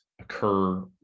occur